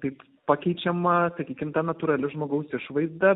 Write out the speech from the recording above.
taip pakeičiama sakykim ta natūrali žmogaus išvaizda